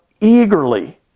eagerly